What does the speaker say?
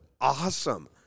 awesome